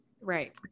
right